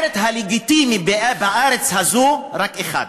הלגיטימי בארץ הזו, רק אחד,